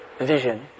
vision